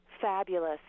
fabulous